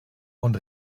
und